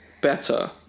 better